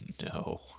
No